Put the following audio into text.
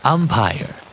Umpire